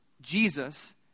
Jesus